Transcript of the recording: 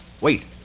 wait